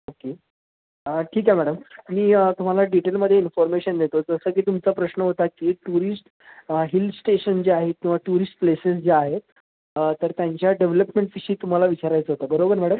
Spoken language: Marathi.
ओके ठीक आहे मॅडम मी तुम्हाला डिटेलमध्ये इन्फॉर्मेशन देतो जसं की तुमचा प्रश्न होता की टुरिस्ट हिल स्टेशन जे आहेत किंवा टुरिस्ट प्लेसेस ज्या आहेत तर त्यांच्या डेव्हलपमेंटविषयी तुम्हाला विचारायचं होतं बरोबर मॅडम